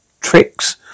tricks